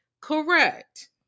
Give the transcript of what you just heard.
Correct